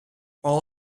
all